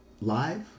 live